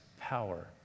power